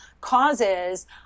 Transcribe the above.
causes